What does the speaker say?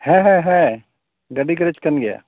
ᱦᱮᱸ ᱦᱮᱸ ᱦᱮᱸ ᱜᱟᱹᱰᱤ ᱜᱮᱨᱮᱡᱽ ᱠᱟᱱ ᱜᱮᱭᱟ